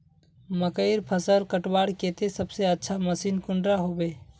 मकईर फसल कटवार केते सबसे अच्छा मशीन कुंडा होबे?